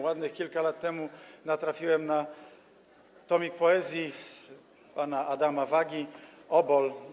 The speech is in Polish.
Ładnych kilka lat temu natrafiłem na tomik poezji pana Adama Wagi „Obol”